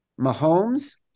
Mahomes